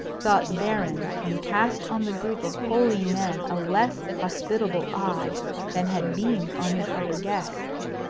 thought the baron, and cast on the group of holy men a less hospitable eye than had beamed on his other guests.